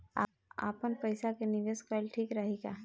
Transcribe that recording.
आपनपईसा के निवेस कईल ठीक रही का?